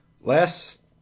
last